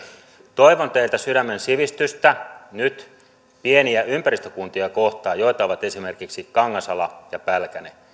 toivon teiltä sydämen sivistystä nyt pieniä ympäristökuntia kohtaan joita ovat esimerkiksi kangasala ja pälkäne